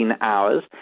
hours